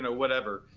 and whatever.